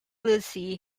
lucy